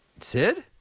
Sid